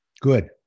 Good